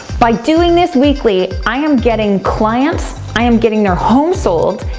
by doing this weekly, i am getting clients, i am getting their homes sold,